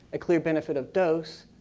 a clear benefit of dose.